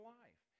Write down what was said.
life